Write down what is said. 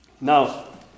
Now